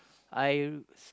I